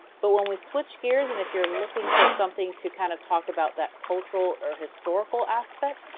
but when we switch gears and if you're looking for something to kind of talk about that cultural or historical aspect,